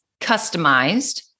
customized